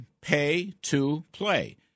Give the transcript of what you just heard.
Pay-to-play